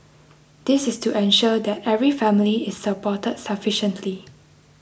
this is to ensure that every family is supported sufficiently